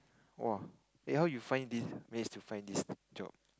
!woah! eh how you find this manage to find this job